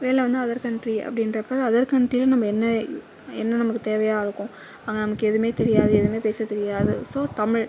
வெளில வந்து other country அப்டின்றப்போ அதர் கண்ட்ரியில நம்ம என்ன என்ன நமக்கு தேவையாக இருக்கும் அங்கே நமக்கு எதுவுமே தெரியாது எதுவுமே பேச தெரியாது ஸோ தமிழ்